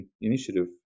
initiative